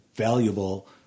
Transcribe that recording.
valuable